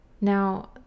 Now